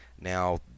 Now